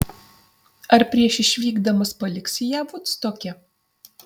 ar prieš išvykdamas paliksi ją vudstoke